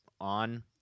on